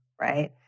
right